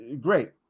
great